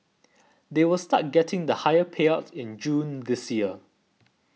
they will start getting the higher payouts in June this year